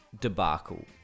debacle